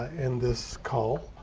in this call?